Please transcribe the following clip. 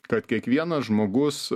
kad kiekvienas žmogus